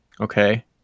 Okay